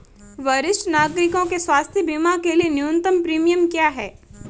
वरिष्ठ नागरिकों के स्वास्थ्य बीमा के लिए न्यूनतम प्रीमियम क्या है?